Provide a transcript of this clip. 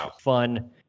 fun